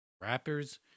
Rappers